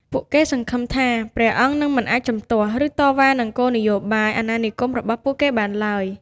ពួកគេសង្ឃឹមថា ព្រះអង្គនឹងមិនអាចជំទាស់ ឬតវ៉ានឹងគោលនយោបាយអាណានិគមរបស់ពួកគេបានឡើយ។